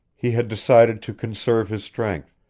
he had decided to conserve his strength,